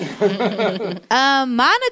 Monica